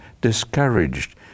discouraged